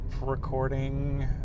recording